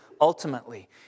ultimately